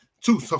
two